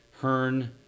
Hearn